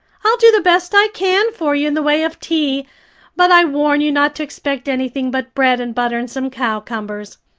i'll do the best i can for you in the way of tea but i warn you not to expect anything but bread and butter and some cowcumbers.